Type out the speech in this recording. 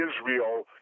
Israel